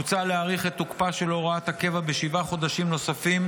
מוצע להאריך את תוקפה של הוראת הקבע בשבעה חודשים נוספים,